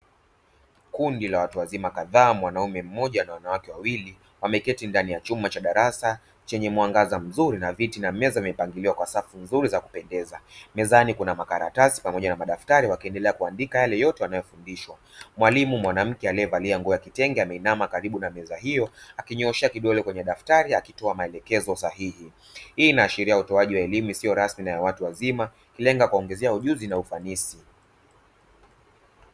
Kundi la watu wazima kadhaa mwanaume mmoja na wanawake wawili wameketi ndani ya chumba cha darasa chenye mwangaza mzuri na viti na meza vimepangiliwa kwa safu nzuri za kupendeza, mezani kuna makaratasi pamoja na madaftari wakiendelea kuandika yale yote wanayofundishwa. Mwalimu mwanamke aliyevalia nguo ya kitenge ameinama karibu na meza hiyo akinyooshea kidole kwenye daftari akitoa maelekezo sahihi. Hii inaashiria utoaji wa elimu isiyo rasmi na ya watu wazima ikilenda kuwaongezea ujuzi na ufanisi.